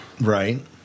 Right